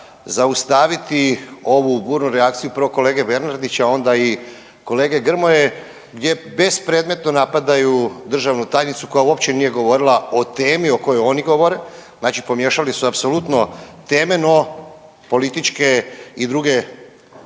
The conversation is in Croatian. zaustaviti ovu burno reakciju prvo kolege Bernardića, a onda i kolege Grmoje gdje bespredmetno napadaju državnu tajnicu koja uopće nije govorila o temi o kojoj oni govore, znači pomiješali su apsolutno teme no političke i druge